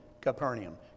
Capernaum